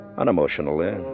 unemotionally